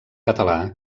català